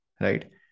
Right